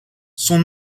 son